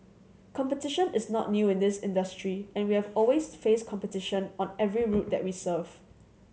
competition is not new in this industry and we always faced competition on every route that we serve